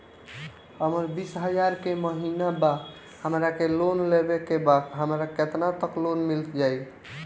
हमर बिस हजार के महिना बा हमरा के लोन लेबे के बा हमरा केतना तक लोन मिल जाई?